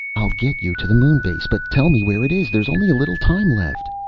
i'll get you to the moon base. but tell me where it is! there's only a little time left.